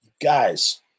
guys –